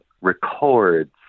records